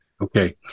Okay